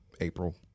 April